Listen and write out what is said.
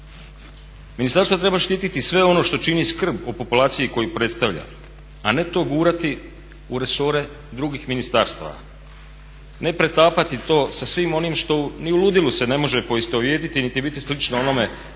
Ministarstvo treba štititi sve ono što čini skrb o populaciji koju predstavlja, a ne to gurati u resore drugih ministarstava, ne pretapati to sa svim onim što ni u ludilu se ne može poistovjetiti niti biti slično onome